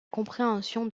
compréhension